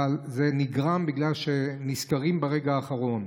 אבל זה נגרם בגלל שנזכרים ברגע האחרון.